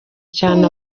cyane